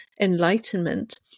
enlightenment